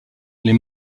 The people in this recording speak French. les